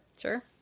Sure